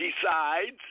decides